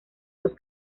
dos